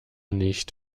nicht